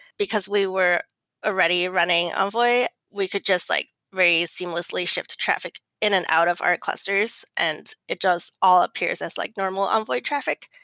because we were already running envoy, we could just like very seamlessly ship to traffic in and out of our clusters and it just all appears as like normal envoy traffic.